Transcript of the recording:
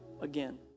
again